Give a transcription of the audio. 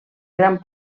gran